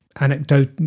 anecdote